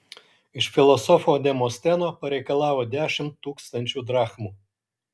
iš filosofo demosteno pareikalavo dešimt tūkstančių drachmų